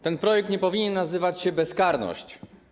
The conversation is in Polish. Ten projekt nie powinien nazywać się: bezkarność.